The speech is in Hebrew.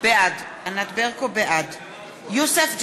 בעד יוסף ג'בארין,